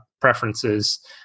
preferences